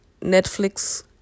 Netflix